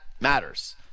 matters